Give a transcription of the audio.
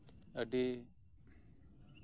ᱟᱹᱰᱤ